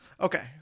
Okay